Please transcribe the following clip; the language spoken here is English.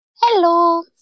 Hello